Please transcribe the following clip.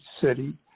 city